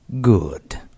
Good